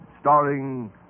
starring